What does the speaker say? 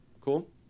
Cool